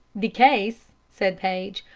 the case, said paige,